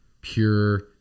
pure